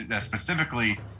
specifically